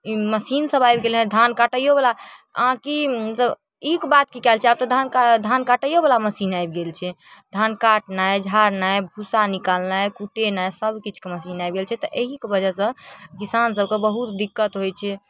machine सब आबि गेलै हँ धान काटैयोवला आओर कि मतलब ई के बात की कहै छी आब तऽ धान काटैयोवला मशीन आबि गेल छै धान काटनाइ झाड़नाइ भूसा निकालनाइ कुटेनाइ सब किछुके मशीन आबि गेल छै तऽ एहिके वजहसँ किसान सबके बहुत दिक्कत होइ छै